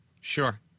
Sure